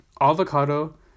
avocado